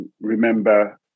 remember